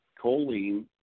choline